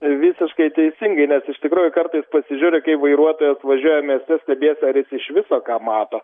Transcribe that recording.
visiškai teisingai nes iš tikrųjų kartais pasižiūri kaip vairuotojas važiuoja mieste stebiesi ar jis iš viso ką mato